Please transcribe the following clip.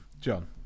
John